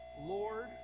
Lord